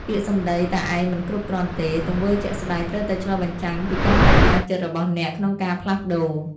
ពាក្យសម្ដីតែឯងមិនគ្រប់គ្រាន់ទេ! ទង្វើជាក់ស្តែងត្រូវតែឆ្លុះបញ្ចាំងពីការប្តេជ្ញាចិត្តរបស់អ្នកក្នុងការផ្លាស់ប្តូរ។